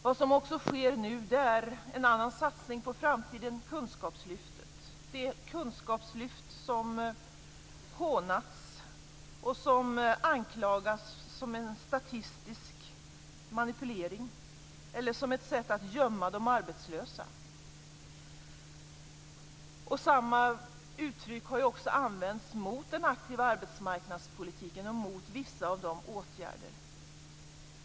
Vad som också sker nu är en annan satsning på framtiden, nämligen kunskapslyftet, det kunskapslyft som hånats och som anklagats för att vara en statistisk manipulering eller som ett sätt att gömma de arbetslösa. Samma uttryck har ju använts mot den aktiva arbetsmarknadspolitiken och mot vissa av dessa åtgärder.